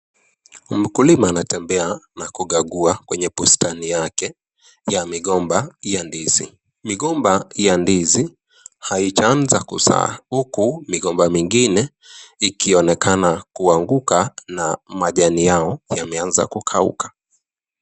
Mkulima anatembea na kukagua kwenye bustani yake ya migomba ya ndizi, migomba ya ndizi haijaanza kuzaa huku migomba mingine ikionekana kuanguka na majani yao yameanza kukauka.